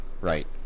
right